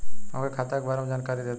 हमके खाता के बारे में जानकारी देदा?